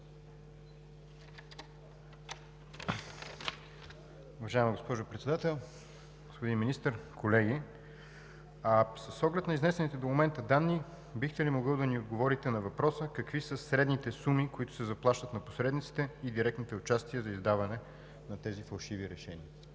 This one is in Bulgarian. Уважаема госпожо Председател, господин Министър, колеги! С оглед на изнесените до момента данни, бихте ли могъл да ни отговорите на въпроса: какви са средните суми, които се заплащат на посредниците, и директното участие за издаване на тези фалшиви решения?